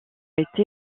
été